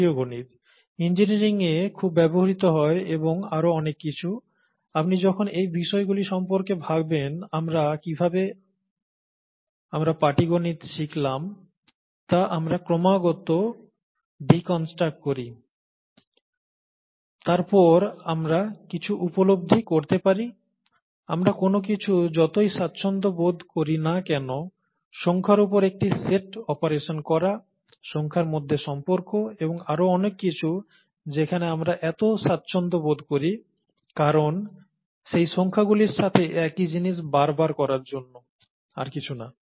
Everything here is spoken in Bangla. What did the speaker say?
এটিও গণিত ইঞ্জিনিয়ারিংয়ে খুব ব্যবহৃত হয় এবং আরও অনেক কিছু আপনি যখন এই বিষয়গুলির সম্পর্কে ভাবেন আমরা কিভাবে আমরা পাটিগণিত শিখলাম তা আমরা ক্রমাগত ডিকনস্ট্রাক্ট করি তারপর আমরা কিছু উপলব্ধি করতে পারি আমরা কোন কিছুতে যতই স্বাচ্ছন্দ্য বোধ করি না কেন সংখ্যায় ওপর একটি সেট অপারেশন করা সংখ্যার মধ্যে সম্পর্ক এবং আরও অনেক কিছু যেখানে আমরা এত স্বাচ্ছন্দ্য বোধ করি কারণ সেই সংখ্যাগুলির সাথে একই জিনিস বারবার করার জন্য আর কিছু না